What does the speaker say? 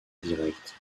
direct